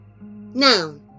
Noun